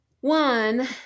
One